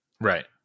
Right